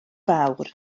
fawr